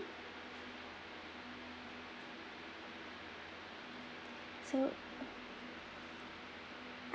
so